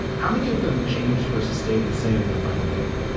how many of them changed versus stayed the same in the final book?